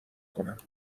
کنم